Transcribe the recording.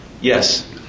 Yes